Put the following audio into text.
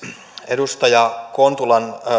edustaja kontulan